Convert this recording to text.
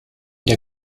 der